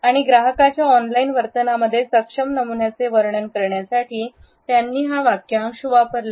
आणि ग्राहकांच्या ऑनलाइन वर्तनमध्ये सक्षम नमुन्यांचे वर्णन करण्यासाठी त्याने हा वाक्यांश वापरला